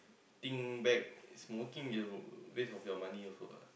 think back smoking just waste of your money also ah